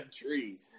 tree